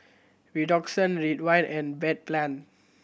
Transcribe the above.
Redoxon Ridwind and Bedpan